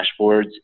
dashboards